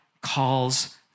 Calls